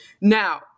Now